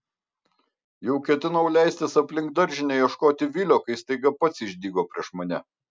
jau ketinau leistis aplink daržinę ieškoti vilio kai staiga pats išdygo prieš mane